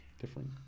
Different